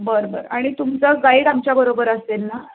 बरं बरं आणि तुमचा गाईड आमच्याबरोबर असेल ना